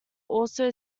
also